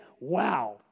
wow